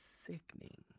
sickening